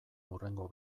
hurrengo